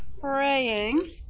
Praying